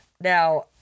Now